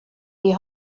die